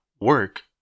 work